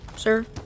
Sir